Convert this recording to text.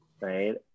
right